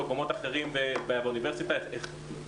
באוניברסיטה ובמקומות אחרים,